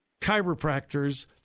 chiropractors